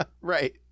right